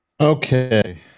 Okay